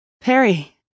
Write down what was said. Perry